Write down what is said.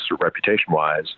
reputation-wise